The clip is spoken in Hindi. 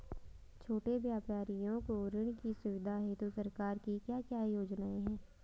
छोटे व्यापारियों को ऋण की सुविधा हेतु सरकार की क्या क्या योजनाएँ हैं?